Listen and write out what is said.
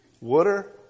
water